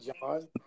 John